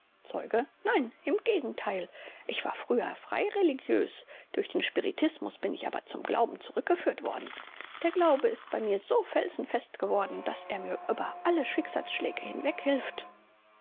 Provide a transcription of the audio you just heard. zeuge nein im gegenteil ich war früher freireligiös durch den spiritismus bin ich aber zum glauben zurückgeführt worden der glaube ist bei mir so felsenfest geworden daß er mir über alle schicksalsschläge